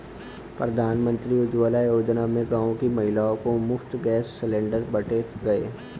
प्रधानमंत्री उज्जवला योजना में गांव की महिलाओं को मुफ्त गैस सिलेंडर बांटे गए